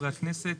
חברי הכנסת,